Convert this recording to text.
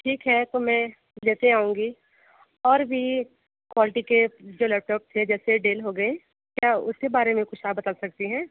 ठीक है तो मैं लेते आऊँगी और भी क्वालिटी के जो लैपटॉप हैं जैसे डेल हो गए क्या उसके बारे में कुछ आप बता सकती हैं